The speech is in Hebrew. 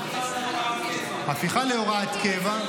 --- הפיכה להוראת קבע.